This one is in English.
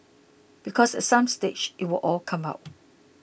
because at some stage it will all come out